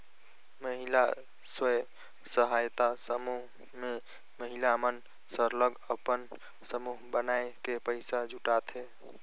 महिला स्व सहायता समूह में महिला मन सरलग अपन समूह बनाए के पइसा जुटाथें